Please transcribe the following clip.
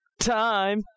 time